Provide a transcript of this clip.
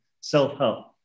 self-help